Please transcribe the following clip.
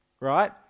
right